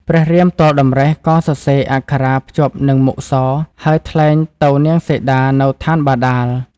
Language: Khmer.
ព្រះរាមទាល់តម្រិះក៏សរសេរអក្ខរាភ្ជាប់នឹងមុខសរ ហើយថ្លែងទៅនាងសីតានៅឋានបាតាល។